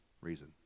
reason